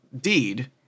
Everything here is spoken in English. deed